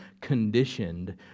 conditioned